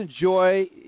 enjoy